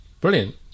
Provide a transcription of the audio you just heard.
brilliant